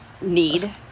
need